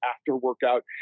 after-workout